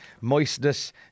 moistness